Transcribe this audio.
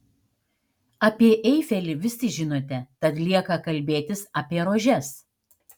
apie eifelį visi žinote tad lieka kalbėtis apie rožes